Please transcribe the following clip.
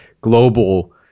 global